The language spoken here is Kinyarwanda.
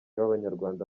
b’abanyarwanda